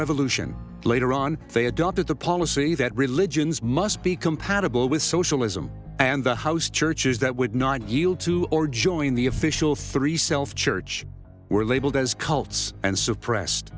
revolution later on they adopted the policy that religions must be compatible with socialism and the house churches that would not yield to or join the official three self church were labeled as cults and suppressed